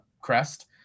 crest